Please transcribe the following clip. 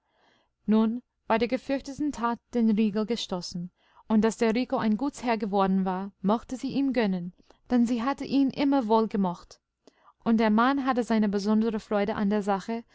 nun war der gefürchteten tat der riegel gestoßen und daß der rico ein gutsherr geworden war mochte sie ihm gönnen denn sie hatte ihn immer wohl gemocht und der mann hatte seine besondere freude an der sache